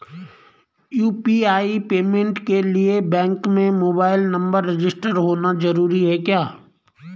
UPI payment के लिए bank में मोबाइल नंबर रजिस्टर्ड होना जरूरी है क्या?